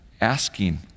Asking